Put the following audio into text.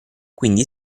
quindi